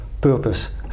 purpose